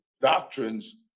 doctrines